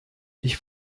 ich